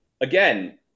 again